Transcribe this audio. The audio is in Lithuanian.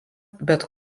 bet